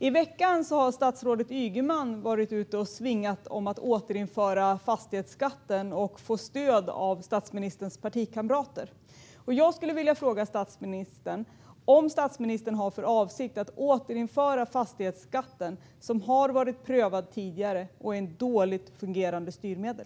I veckan har statsrådet Ygeman varit ute och svingat om att återinföra fastighetsskatten och fått stöd av statsministerns partikamrater. Jag skulle vilja fråga om statsministern har för avsikt att återinföra fastighetsskatten, som har prövats tidigare och är ett dåligt fungerande styrmedel.